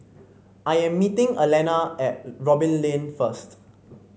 I am meeting Elana at Robin Lane first